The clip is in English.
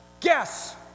guess